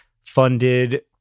funded